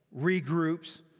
regroups